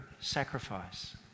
sacrifice